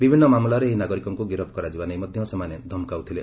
ବିଭିନ୍ନ ମାମଲାରେ ଏହି ନାଗରିକଙ୍କୁ ଗିରଫ କରାଯିବା ନେଇ ମଧ୍ୟ ସେମାନେ ଧମକାଉଥିଲେ